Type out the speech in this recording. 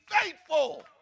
faithful